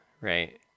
right